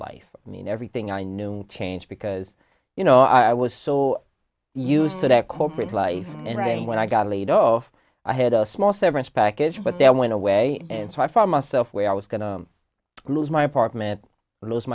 life i mean everything i knew change because you know i was so used to that corporate life and then when i got laid off i had a small severance package but then went away and so i found myself where i was going to lose my apartment lose